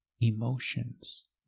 emotions